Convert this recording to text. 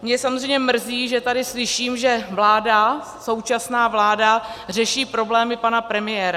Mě samozřejmě mrzí, že tady slyším, že vláda, současná vláda řeší problémy pana premiéra.